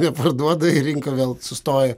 neparduoda ir rinka vėl sustoja